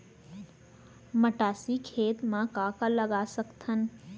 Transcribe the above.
मटासी खेत म का का लगा सकथन?